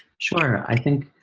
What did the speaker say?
sure, i think.